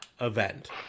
event